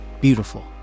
Beautiful